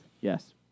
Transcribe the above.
Yes